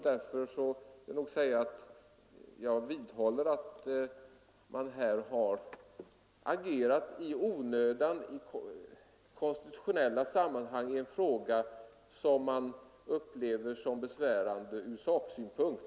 Därför vidhåller jag att man här har agerat i onödan i konstitutionella sammanhang i en fråga som man upplever som besvä 81 rande från saksynpunkt.